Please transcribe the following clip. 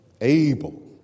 able